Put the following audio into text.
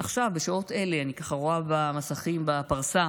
אני רואה במסכים בפרסה,